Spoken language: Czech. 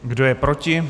Kdo je proti?